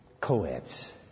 co-eds